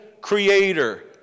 creator